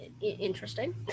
interesting